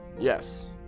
Yes